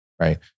right